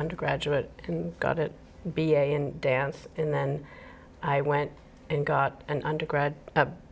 undergraduate and got a b a and dance and then i went and got an undergrad